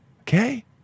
Okay